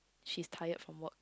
she's tired from work